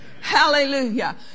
Hallelujah